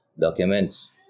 documents